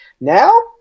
Now